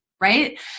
Right